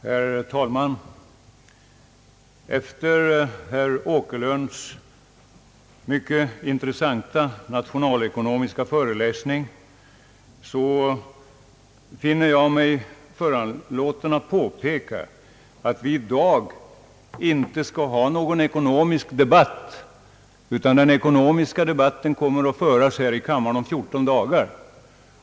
Herr talman! Efter herr Åkerlunds mycket intressanta nationalekonomiska föreläsning finner jag mig föranlåten att påpeka, att vi i dag inte skall ha någon ekonomisk debatt. Den ekonomiska debatten kommer att föras här i kammaren om 14 dagar.